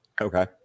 Okay